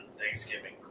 Thanksgiving